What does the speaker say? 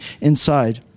inside